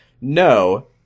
no